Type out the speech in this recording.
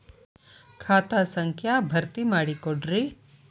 ಖಾತಾ ಸಂಖ್ಯಾ ಭರ್ತಿ ಮಾಡಿಕೊಡ್ರಿ